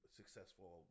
successful